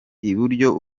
iburyo